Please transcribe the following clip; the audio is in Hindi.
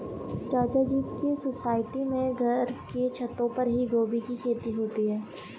चाचा जी के सोसाइटी में घर के छतों पर ही गोभी की खेती होती है